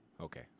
Okay